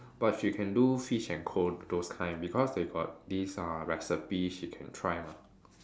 but she can do fish and co those kind because they got these uh recipes she can try mah